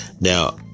Now